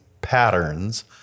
patterns